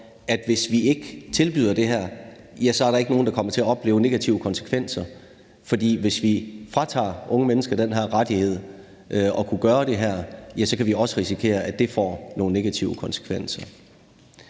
at hvis vi ikke tilbyder det her, er der ikke nogen, der kommer til at opleve negative konsekvenser, for hvis vi fratager unge mennesker den her rettighed, så kan vi også risikere, at det får nogle negative konsekvenser.